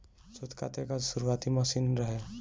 सूत काते कअ शुरुआती मशीन रहे